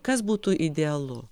kas būtų idealu